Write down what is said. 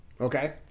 okay